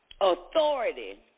authority